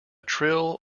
trill